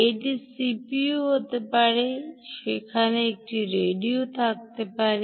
এটি সিপিইউ হতে পারে সেখানে একটি রেডিও থাকতে পারে